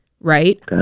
right